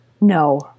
No